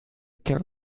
qu’un